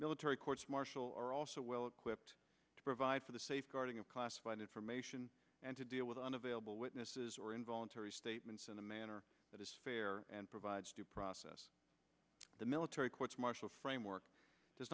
military courts martial are also well equipped to provide for the safeguarding of classified information and to deal with unavailable witnesses or involuntary statements in a manner that is fair and provides due process the military courts martial framework does